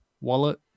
wallet